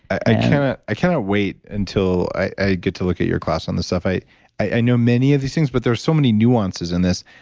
i i cannot wait until i get to look at your class on this stuff. i i knew many of these things, but there's so many nuances in this.